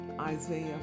Isaiah